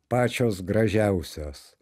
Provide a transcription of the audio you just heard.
pačios gražiausios